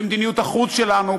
במדיניות החוץ שלנו,